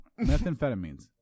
Methamphetamines